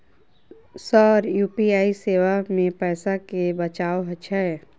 Sir UPI सेवा मे पैसा केँ बचाब छैय?